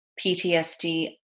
PTSD